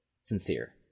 sincere